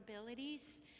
abilities